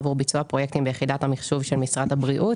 שבעה מתוכם מגיעים מתת איוש שיש באזורי העבודה,